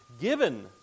given